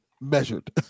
measured